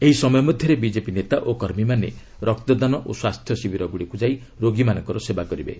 ଏହି ସମୟ ମଧ୍ୟରେ ବିକେପି ନେତା ଓ କର୍ମୀମାନେ ରକ୍ତଦାନ ଓ ସ୍ୱାସ୍ଥ୍ୟ ଶିବିରଗୁଡ଼ିକୁ ଯାଇ ରୋଗୀମାନଙ୍କର ସେବା କରିବେ